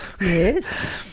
Yes